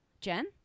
Jen